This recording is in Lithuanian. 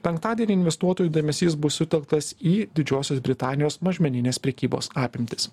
penktadienį investuotojų dėmesys bus sutelktas į didžiosios britanijos mažmeninės prekybos apimtis